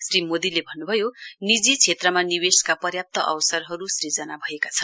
श्री मोदीले भन्नुभयो निजी क्षेत्रमा निवेश पर्याप्त अवसरहरू सिर्जना भएका छन्